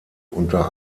unter